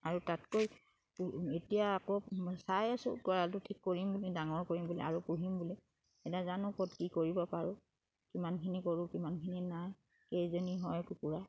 আৰু তাতকৈ এতিয়া আকৌ চাই আছোঁ গঁৰালো ঠিক কৰিম বুলি ডাঙৰ কৰিম বুলি আৰু জানো ক'ত কি কৰিব পাৰোঁ কিমানখিনি কৰোঁ কিমানখিনি নাই কেইজনী হয় কুকুৰা